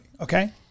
okay